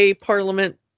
Parliament